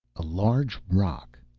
a large rock.